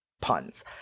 puns